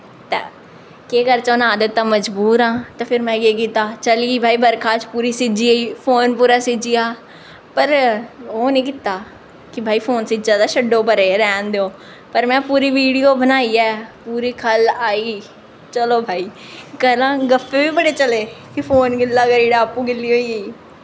ते केह् करचै हून आदत ऐ मज़बूर आं ते फिर में केह् कीता चली गी भाई बरखा च पूरी सिज्जी गेई फोन पूरा सिज्जी गेआ पर ओह् निं कीता कि भाई फोन सिज्जा दा छड्डो परें रैह्न देओ पर में पूरी वीडियो बनाइयै पूरी ख'ल्ल आई चलो भाई घरा दा गफ्फे बी बड़े चले फोन गिल्ला करी ओड़ेआ आपूं गिल्ली होई गेई